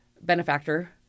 benefactor